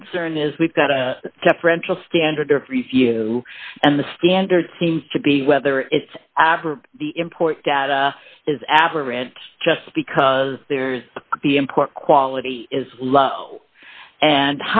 concern is we've got a deferential standard review and the standard seems to be whether it's the import data is average just because there's the import quality is low and